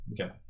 Okay